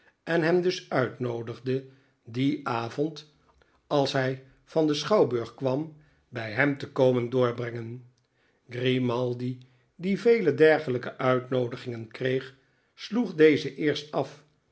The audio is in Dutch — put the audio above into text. en hem dus uitnoodigde dien avond als hij van den schouwburg kwam bij hem te komen doorbrengen grimaldi die vele dergelijke uitnoodigingen kreeg sloeg deze eerst af